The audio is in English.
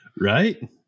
Right